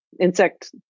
insect